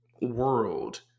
world